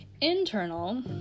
Internal